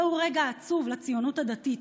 זהו רגע עצוב לציונות הדתית,